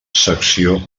secció